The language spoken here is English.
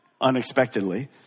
unexpectedly